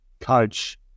coach